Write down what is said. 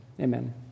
Amen